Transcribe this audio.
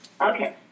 Okay